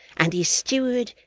and his steward,